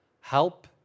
help